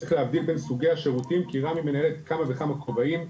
צריך להבדיל בין סוגי השירותים כי רמ"י מנהלת כמה וכמה כובעים,